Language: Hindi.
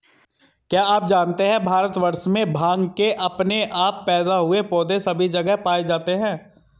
क्या आप जानते है भारतवर्ष में भांग के अपने आप पैदा हुए पौधे सभी जगह पाये जाते हैं?